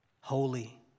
Holy